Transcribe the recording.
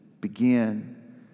begin